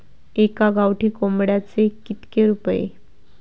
एका गावठी कोंबड्याचे कितके रुपये?